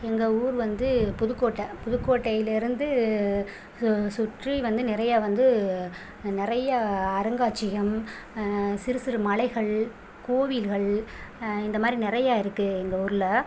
எங்கள் ஊர் வந்து புதுக்கோட்டை புதுக்கோட்டையிலேருந்து சுற்றி வந்து நிறைய வந்து நிறைய அருங்காட்சியகம் சிறு சிறு மலைகள் கோவில்கள் இந்தமாதிரி நிறைய இருக்கு எங்கள் ஊரில்